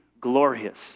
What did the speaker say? glorious